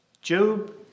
Job